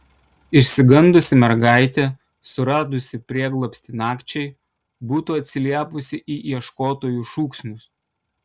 išsigandusi mergaitė suradusi prieglobstį nakčiai būtų atsiliepusi į ieškotojų šūksnius